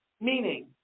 meaning